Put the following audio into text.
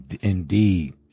Indeed